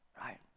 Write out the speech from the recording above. Right